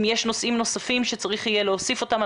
אם יש נושאים נוספים שצריך יהיה להוסיף אותם,